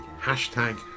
Hashtag